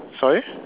sorry